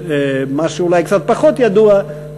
משהו אולי קצת פחות ידוע,